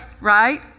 right